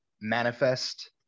manifest